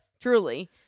truly